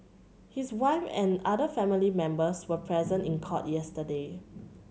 his wife and other family members were present in court yesterday